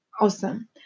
awesome